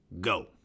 go